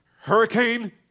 hurricane